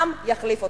העם יחליף אתכם.